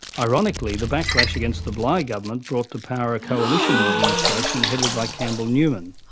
ironically, the backlash against the bligh government brought to power a coalition administration headed by campbell newman.